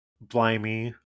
Blimey